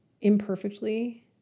imperfectly